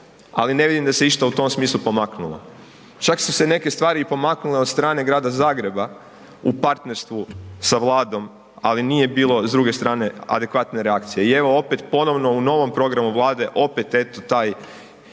ali ne vidim da se išta u tom smislu pomaknulo. Čak su se neke i pomaknule od strane grada Zagreba u partnerstvu sa Vladom ali nije bilo s druge strane adekvatne reakcije i evo opet ponovno u novom programu Vlade, opet eto taj